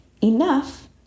enough